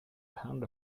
pound